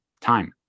time